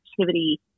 activity